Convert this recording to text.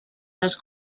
les